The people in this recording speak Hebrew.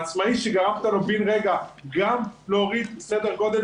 העצמאי שגרמת לו בן-רגע גם להוריד סדר-גודל